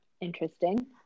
Interesting